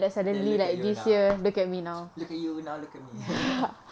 then look at you now look at you now look at me